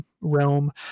realm